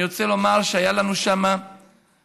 אני רוצה לומר שהייתה לנו שם חוויה,